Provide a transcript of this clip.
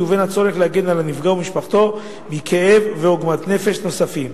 לבין הצורך להגן על הנפגע ומשפחתו מכאב ועוגמת נפש נוספים.